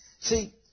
See